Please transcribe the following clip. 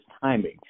timing